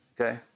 okay